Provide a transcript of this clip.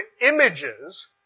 images